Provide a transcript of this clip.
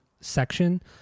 section